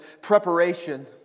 preparation